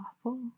awful